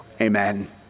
Amen